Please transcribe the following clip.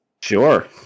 Sure